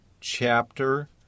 chapter